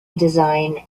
design